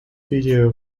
video